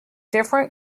different